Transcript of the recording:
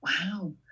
Wow